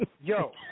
Yo